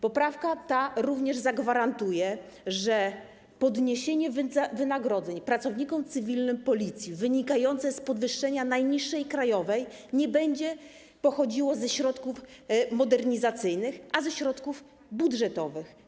Poprawka ta również zagwarantuje, że podniesienie wynagrodzeń pracownikom cywilnym Policji wynikające z podwyższenia najniższej krajowej nie będzie pochodziło ze środków modernizacyjnych, ale ze środków budżetowych.